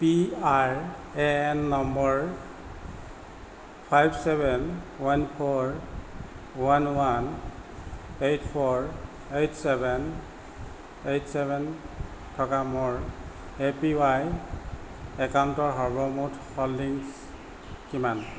PRAN number five seven one four one one eight four eight seven eight seven থকা মোৰ APY একাউণ্টৰ সৰ্বমুঠ holdings কিমান